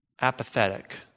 apathetic